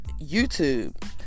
YouTube